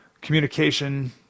Communication